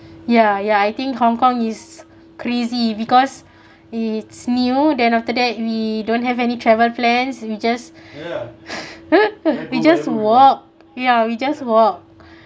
ya ya I think hong kong is crazy because it's new then after that we don't have any travel plans we just we just walk ya we just walk